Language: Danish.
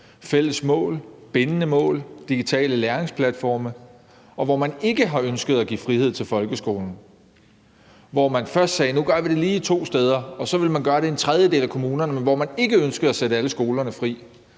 fælles mål, bindende mål og digitale læringsplatforme. Man har ikke ønsket at give frihed til folkeskolen, og man sagde først, at nu gør vi det lige to steder, og så ville man gøre det i en tredjedel af kommunerne, men man ønskede ikke at sætte alle skolerne fri.